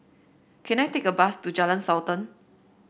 can I take a bus to Jalan Sultan